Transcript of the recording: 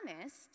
honest